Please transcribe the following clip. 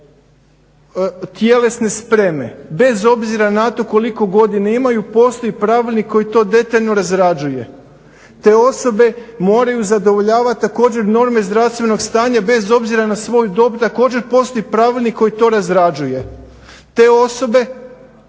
tjelesne spreme, bez obzira na to koliko godina imaju, postoji pravilnik koji to detaljno razrađuje. Te osobe moraju zadovoljavati također norme zdravstvenog stanja bez obzira na svoju dob, također postoji pravilnik koji to razrađuje. Te osobe,